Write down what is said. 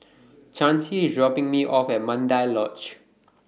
Chancy IS dropping Me off At Mandai Lodge